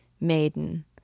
Maiden